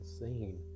insane